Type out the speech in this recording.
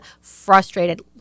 frustrated